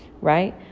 right